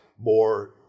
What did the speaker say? more